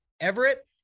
Everett